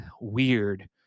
weird